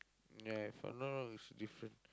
ya if I'm not wrong it's different